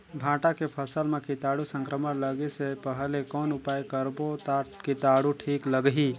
भांटा के फसल मां कीटाणु संक्रमण लगे से पहले कौन उपाय करबो ता कीटाणु नी लगही?